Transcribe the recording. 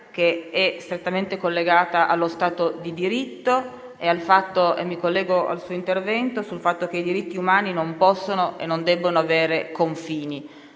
che è strettamente collegata allo Stato di diritto. Mi collego al suo intervento sul fatto che i diritti umani non possono e non debbono avere confini.